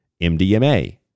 MDMA